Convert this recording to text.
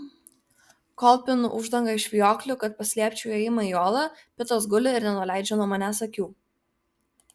kol pinu uždangą iš vijoklių kad paslėpčiau įėjimą į olą pitas guli ir nenuleidžia nuo manęs akių